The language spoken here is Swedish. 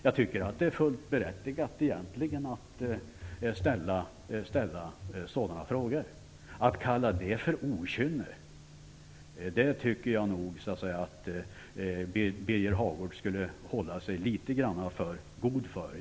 Jag tycker att det är fullt berättigat att ställa sådana frågor. Att kalla det för okynne tycker jag att Birger Hagård borde hålla sig för god för.